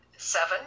Seven